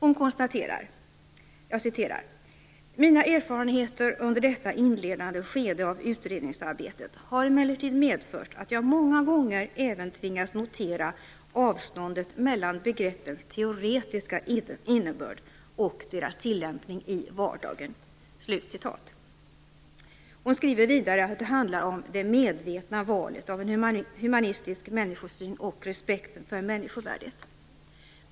Hon konstaterar: Mina erfarenheter under detta inledande skede av utredningsarbetet har emellertid medfört att jag många gånger även tvingats notera avståndet mellan begreppens teoretiska innebörd och deras tillämpning i vardagen. Hon skriver vidare att det handlar om det medvetna valet av en humanistisk människosyn och respekten för människovärdet.